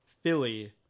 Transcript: Philly